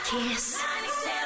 Kiss